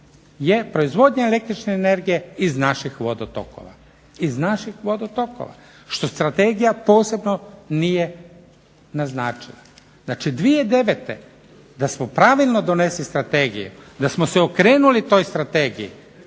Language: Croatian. je proizvodnja električne energije iz vaših vodo tokova. Što strategija posebno nije naznačila, znači 2009. Da smo pravilno donijeli strategiju da smo se okrenuli toj strategiji